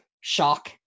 shock